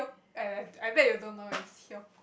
I I bet you don't know where is